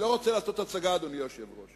אני לא רוצה לעשות הצגה, אדוני היושב-ראש.